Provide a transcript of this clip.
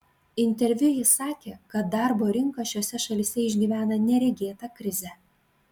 interviu ji sakė kad darbo rinka šiose šalyse išgyvena neregėtą krizę